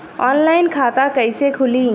Online खाता कइसे खुली?